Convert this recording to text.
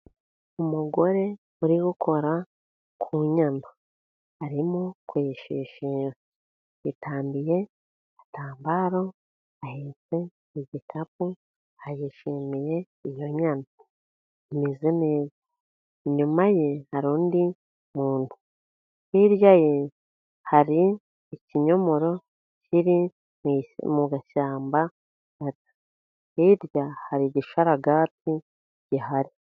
Umugore uri gukora ku nyana, arimo kuyishishira, yitambiye igitambaro, ahetse igikapu, yishimiye iyo nyana, imeze neza. Inyuma ye hari undi muntu, hirya ye hari ikinyomoro kiri mu gashyamba, hirya hari igisharagati gihari.